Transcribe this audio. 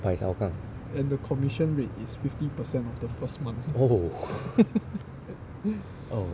but it's hougang oh oh